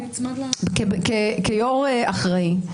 כיו"ר אחראי,